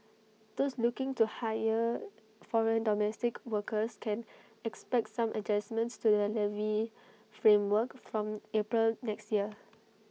those looking to hire foreign domestic workers can expect some adjustments to the levy framework from April next year